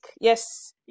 yes